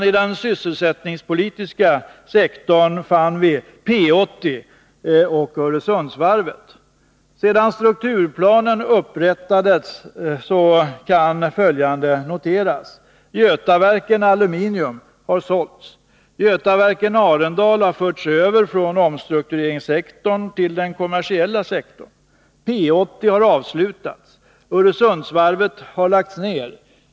I den sysselsättningspolitiska sektorn finner vi P 80 och Öresundsvarvet. Sedan strukturplanen upprättades har följande hänt: Götaverken Aluminium har sålts. Götaverken Arendal har förts över från omstruktureringssektorn till den kommersiella sektorn. P 80 har avslutats. Öresundsvarvet har lagts ned.